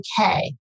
okay